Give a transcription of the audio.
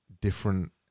different